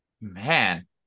man